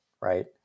right